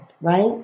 right